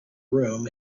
room